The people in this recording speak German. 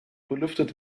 belüftet